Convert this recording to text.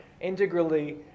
integrally